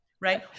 right